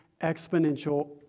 exponential